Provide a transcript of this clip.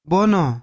Bono